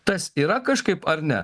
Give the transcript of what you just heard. tas yra kažkaip ar ne